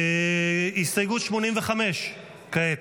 הסתייגות 85 כעת.